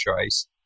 choice